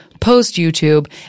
post-YouTube